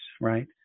right